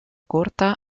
corta